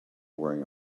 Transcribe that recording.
wearing